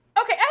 Okay